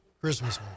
Christmas